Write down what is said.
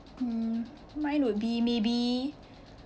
mm mine would be maybe